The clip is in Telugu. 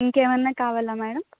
ఇంకేమన్నా కావాలా మేడమ్